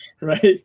Right